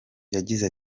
yagize